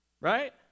Right